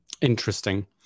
Interesting